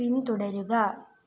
പിന്തുടരുക